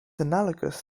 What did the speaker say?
analogous